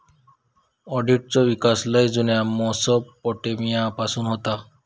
ऑडिटचो विकास लय जुन्या मेसोपोटेमिया पासून होता